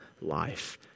life